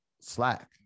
Slack